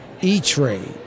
E-Trade